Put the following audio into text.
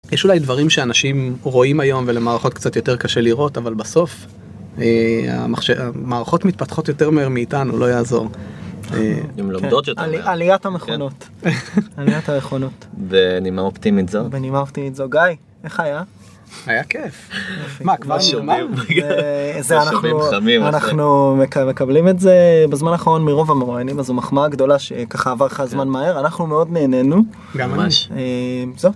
יש אולי דברים שאנשים רואים היום ולמערכות קצת יותר קשה לראות אבל בסוף המחשב המערכות מתפתחות יותר מהר מאיתנו לא יעזור. הן לומדות יותר מהר. עליית המכונות. עליית המכונות. בנימה אופטימית זו. ובנימה אופטימית זו. גיא, איך היה? היה כיף. מה, כבר שומעים? אנחנו מקבלים את זה בזמן האחרון מרוב המרואיינים אז זו מחמאה גדולה שככה עבר לך זמן מהר אנחנו מאוד נהנינו. ממש. זהו